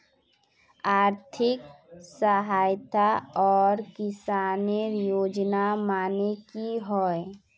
आर्थिक सहायता आर किसानेर योजना माने की होय?